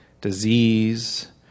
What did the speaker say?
disease